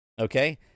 Okay